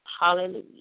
Hallelujah